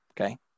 okay